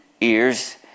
ears